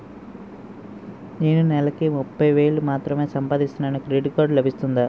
నేను నెల కి ముప్పై వేలు మాత్రమే సంపాదిస్తాను క్రెడిట్ కార్డ్ లభిస్తుందా?